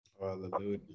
Hallelujah